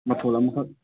ꯃꯊꯣꯜ ꯑꯃꯈꯛ